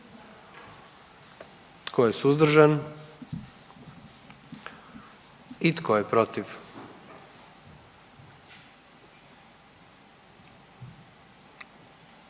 Tko je suzdržan? I tko je protiv?